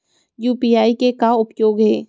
UPI के का उपयोग हे?